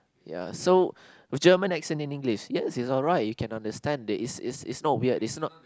ya so with German accent in English yes is all right you can understand that is is not weird is not